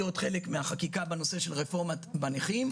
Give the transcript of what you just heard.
חלק מהחקיקה בנושא של רפורמה בנכים,